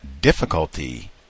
difficulty